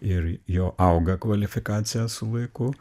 ir jo auga kvalifikacija su laiku